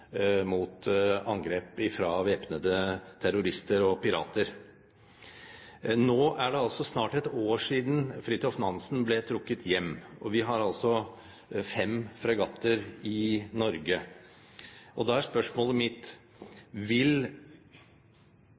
mot angrep fra væpnede terrorister og pirater. Nå er det altså snart et år siden «Fridtjof Nansen» ble trukket hjem, og vi har fem fregatter i Norge. Da er spørsmålet mitt: Vil